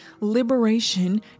liberation